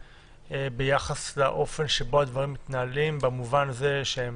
ביחס לאופן שבו הדברים מתנהלים במובן הזה שהם